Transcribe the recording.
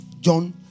John